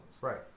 Right